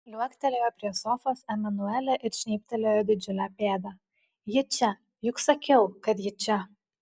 liuoktelėjo prie sofos emanuelė ir žnybtelėjo didžiulę pėdą ji čia juk sakiau kad ji čia